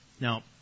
Now